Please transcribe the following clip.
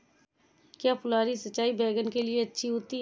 क्या फुहारी सिंचाई बैगन के लिए अच्छी होती है?